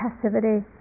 passivity